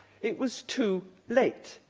it was too late.